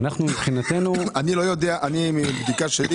מבדיקה שלי,